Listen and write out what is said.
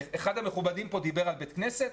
אחד המכובדים פה דיבר על בית כנסת.